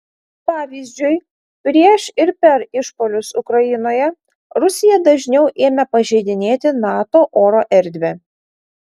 pavyzdžiui prieš ir per išpuolius ukrainoje rusija dažniau ėmė pažeidinėti nato oro erdvę